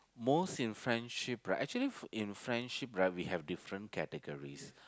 most in friendship right actually in friendship right we have different categories